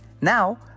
Now